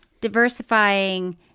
diversifying